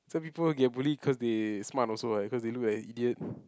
some people would get bullied cause they smart also what cause they look like idiot